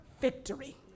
victory